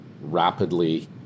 rapidly